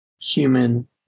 human